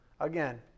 Again